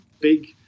big